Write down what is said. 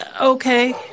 Okay